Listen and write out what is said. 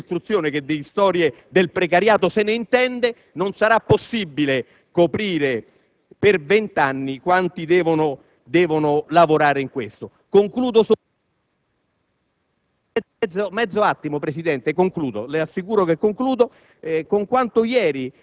caro Presidente (finalmente è arrivato anche il Ministro dell'istruzione che di storie del precariato se ne intende), che non sarà possibile coprire per venti anni quanti devono lavorare in questo.